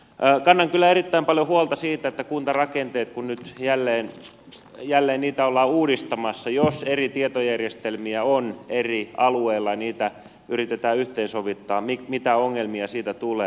kannan kyllä erittäin paljon huolta siitä että kun kuntarakenteita nyt jälleen ollaan uudistamassa niin jos eri tietojärjestelmiä on eri alueilla ja niitä yritetään yhteensovittaa mitä ongelmia siitä tulee